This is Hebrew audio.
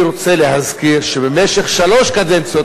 אני מציע לכנסת לא לאשר את הארכת החוק פעם